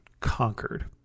conquered